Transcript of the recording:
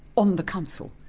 on the council.